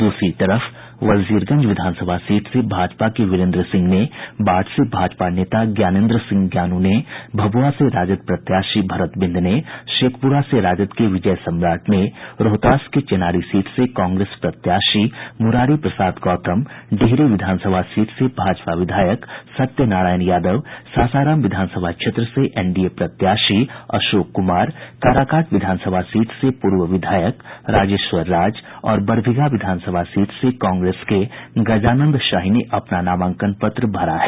दूसरी तरफ वजीरगंज विधानसभा सीट से भाजपा के वीरेन्द्र सिंह ने बाढ़ से भाजपा नेता ज्ञानेन्द्र सिंह ज्ञानू ने भभुआ से राजद प्रत्याशी भरत बिंद ने शेखपुरा से राजद के विजय सम्राट ने रोहतास के चेनारी सीट से कांग्रेस प्रत्याशी मुरारी प्रसाद गौतम डियरी विधानसभा सीट से भाजपा विधायक सत्य नारायण यादव सासाराम विधानसभा क्षेत्र से एनडीए प्रत्याशी अशोक कुमार काराकाट विधानसभा सीट से पूर्व विधायक राजेश्वर राज और बरबीघा विधानसभा सीट से कांग्रेस के गजानंद शाही ने अपना नामांकन पत्र दाखिल किया